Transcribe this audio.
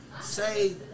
Say